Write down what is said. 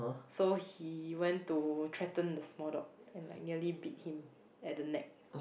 so he went to threaten the small dog and like nearly bit him at the neck